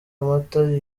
amata